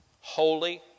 holy